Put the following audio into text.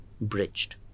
bridged